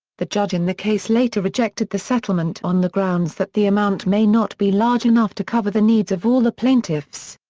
the judge in the case later rejected the settlement on the grounds that the amount may not be large enough to cover the needs of all the plaintiffs.